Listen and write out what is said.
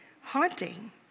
haunting